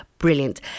Brilliant